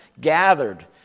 gathered